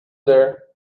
there